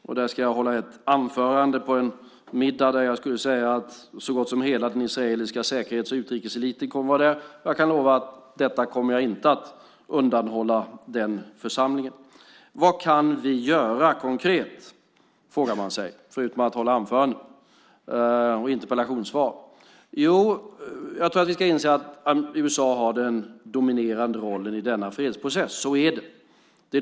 Där ska jag hålla ett anförande på en middag där så gott som hela den israeliska säkerhets och utrikeseliten kommer att vara. Jag kan lova att jag inte kommer att undanhålla denna församling detta. Vad kan vi göra konkret, frågar man sig, förutom att hålla anföranden och lämna interpellationssvar? Jag tror att vi ska inse att USA har den dominerande rollen i denna fredsprocess. Så är det.